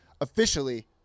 Officially